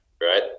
right